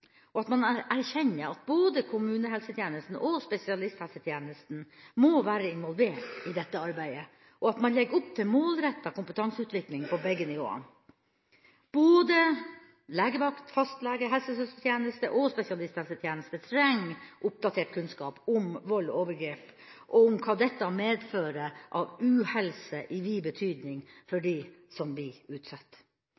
at man erkjenner at både kommunehelsetjenesten og spesialisthelsetjenesten må være involvert i dette arbeidet, og at man legger opp til målretta kompetanseutvikling på begge nivåer. Både legevakt, fastlege, helsesøstertjeneste og spesialisthelsetjeneste trenger oppdatert kunnskap om vold og overgrep og om hva dette medfører av uhelse – i vid betydning – for